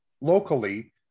locally